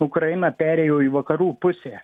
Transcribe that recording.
ukraina perėjo į vakarų pusę